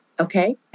Okay